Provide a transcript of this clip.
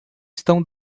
estão